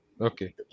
Okay